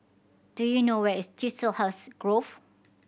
do you know where is Chiselhurst Grove